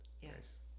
Yes